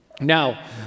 Now